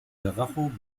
karacho